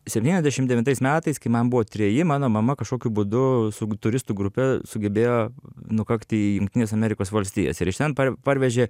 septyniasdešim devintais metais kai man buvo treji mano mama kažkokiu būdu su turistų grupe sugebėjo nukakti į jungtines amerikos valstijas ir iš ten parvežė